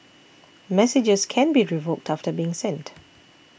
messages can be revoked after being sent